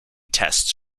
tests